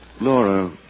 Laura